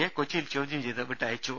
A കൊച്ചിയിൽ ചോദ്യം ചെയ്ത് വിട്ടയച്ചു